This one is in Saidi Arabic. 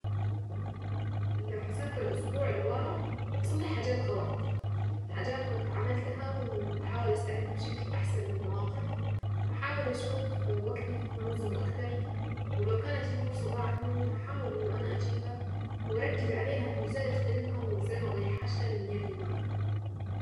لو هسافر اسبوع لورا هصلح حاجات غلط. حاجات كنت عملتها وهحاول استعد بشكل احسن للمواقف وهحاول اشوف وقتي وانظمه اكتر. ولو كانت في فرصة ضاعت مني هحاول انه انا اجيبها واركز عليها انه ازاي اغتنمها وازاي ما اضيعهاش تاني من يدي مرة تانية.